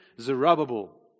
Zerubbabel